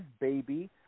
baby